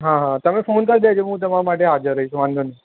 હા હા તમે ફોન કરી દેજો હું તમારી માટે હાજર રહીશ વાંધો નહીં